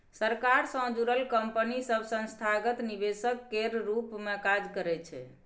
सरकार सँ जुड़ल कंपनी सब संस्थागत निवेशक केर रूप मे काज करइ छै